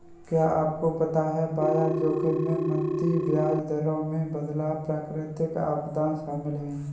क्या आपको पता है बाजार जोखिम में मंदी, ब्याज दरों में बदलाव, प्राकृतिक आपदाएं शामिल हैं?